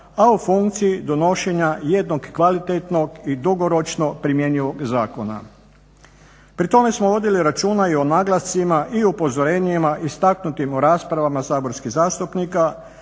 a u funkciji donošenja jednog kvalitetnog i dugoročnog primjenjivog zakona. Pri tome smo vodili računa i o naglascima i o upozorenjima istaknutim raspravama saborskih zastupnika